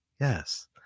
Yes